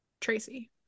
Tracy